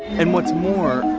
and what's more,